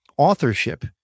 authorship